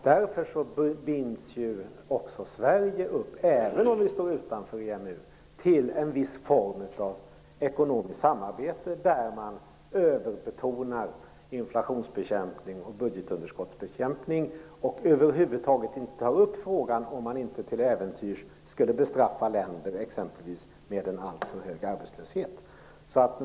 Därför binds också Sverige upp, även om vi står utanför EMU, till en viss form av ekonomiskt samarbete där man överbetonar inflationsbekämpning och budgetunderskottsbekämpning och över huvud taget inte tar upp frågan om man inte till äventyrs skulle bestraffa länder som exempelvis har en alltför hög arbetslöshet.